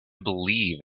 believe